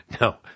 No